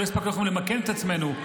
עוד לא הספקנו למקם את עצמנו,